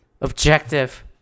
objective